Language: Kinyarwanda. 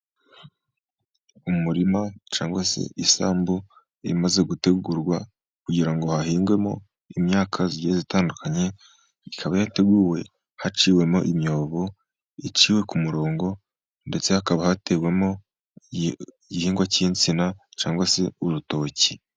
Umurima cyangwa se isambu imaze gutegurwa, kugira ngo hahingwemo imyaka zigeze zitandukanye. Ikaba yateguwe haciwemo imyobo, iciwe ku murongo ndetse hakaba hatewemo igihingwa cy'insina cyangwa se urutoki.